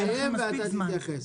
הוא יסיים ואתה תתייחס.